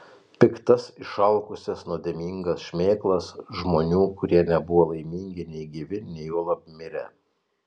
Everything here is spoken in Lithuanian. piktas išalkusias nuodėmingas šmėklas žmonių kurie nebuvo laimingi nei gyvi nei juolab mirę